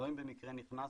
לא אם במקרה נכנסת,